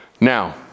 Now